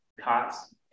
cots